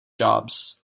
jobs